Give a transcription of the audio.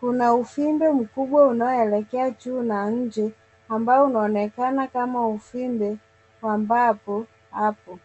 kuna uvimbe mkubwa unaoelekea juu na nje amba unaonekana kama uvimbe wa papo hapo.